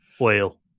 Oil